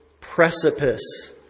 precipice